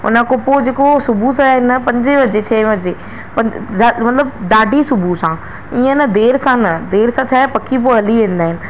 उनखां पोइ जेको सुबुहु सां हिन पंज वजे छह वजे मतिलबु ॾाढी सुबुह सां ईंअ न देरि सां न देर सां छा आहे पखी पोइ हली वेंदा आहिनि